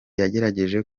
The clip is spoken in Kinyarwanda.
yagerageje